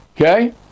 Okay